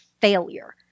failure